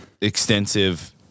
extensive